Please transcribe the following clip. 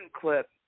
clip